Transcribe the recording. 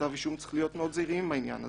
כתב אישום צריך להיות מאוד זהירים עם העניין הזה.